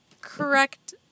correct